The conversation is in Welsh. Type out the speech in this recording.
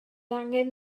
angen